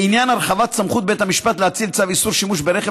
לעניין הרחבת סמכות בית המשפט להטיל צו איסור שימוש ברכב